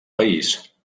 país